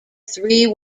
three